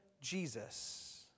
Jesus